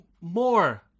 more